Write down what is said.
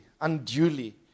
unduly